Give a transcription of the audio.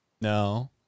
No